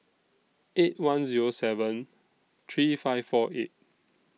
eight one Zero seven three five four eight